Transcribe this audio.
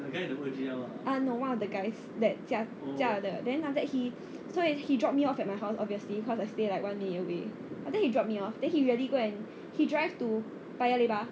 ah no one of the guys that 驾驾的 then after that he so as he dropped me off at my house obviously cause I stay like one lane away after he drop me off then he really go and he drive to paya lebar